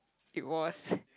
it was